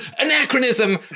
anachronism